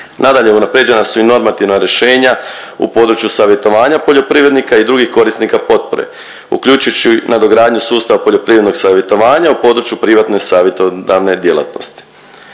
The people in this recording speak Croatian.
Nadalje, unaprijeđena su i normativna rješenja u području savjetovanja poljoprivrednika i drugih korisnika potpore uključujući nadogradnju sustava poljoprivrednog savjetovanja u području privatne savjetodavne djelatnosti.